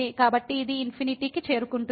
కాబట్టి ఇది ఇన్ఫినిటీ కి చేరుకుంటుంది